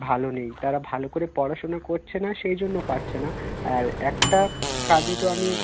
ভালো নেই তারা ভালো করে পড়াশুনো করছে না সেই জন্য পাচ্ছে না আর একটা কাজে তো আমি